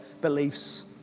beliefs